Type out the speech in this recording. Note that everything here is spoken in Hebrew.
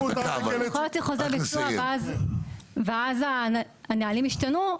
אתה יכול להוציא חוזר ביצוע ואז הנהלים ישתנו,